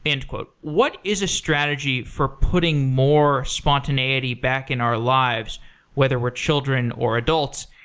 and what is a strategy for putting more spontaneity back in our lives whether we're children, or adults,